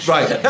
Right